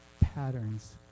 patterns